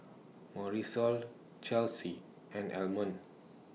Marisol Chelsea and Almond